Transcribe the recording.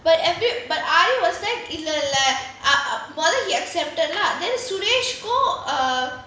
but everb~ aari was like இல்ல இல்ல:illa illa he accepted lah then suresh go